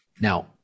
Now